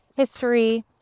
history